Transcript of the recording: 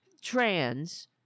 trans